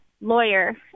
lawyer